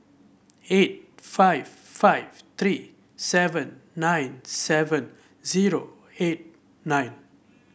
eight five five three seven nine seven zero eight nine